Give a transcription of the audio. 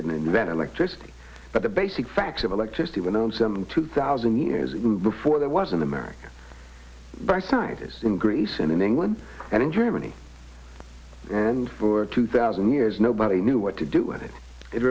didn't invent electricity but the basic facts of electricity were known some two thousand years ago before there was an american by scientists in greece and in england and in germany and two thousand years nobody knew what to do with it it